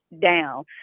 down